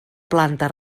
planta